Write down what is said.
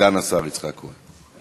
סגן השר יצחק כהן.